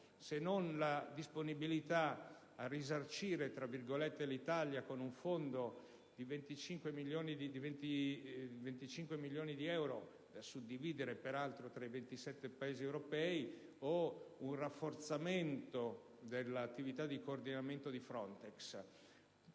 se non la disponibilità a risarcire l'Italia con un fondo di 25 milioni di euro, da suddividere peraltro tra i 27 Paesi europei, o un rafforzamento dell'attività di coordinamento dell'Agenzia